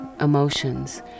emotions